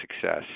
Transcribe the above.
success